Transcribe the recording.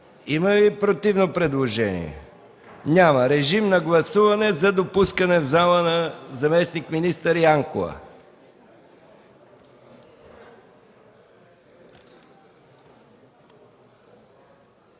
Има ли противно предложение? Няма. Моля, гласувайте за допускане в залата на заместник-министър Янкова.